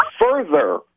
further